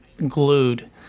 glued